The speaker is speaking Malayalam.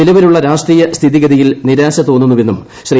നിലവിലുള്ള രാഷ്ട്രീയ സ്ഥിതിഗതിയിൽ നിരാശ തോന്നുന്നുവെന്നും ശ്രീ